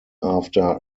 after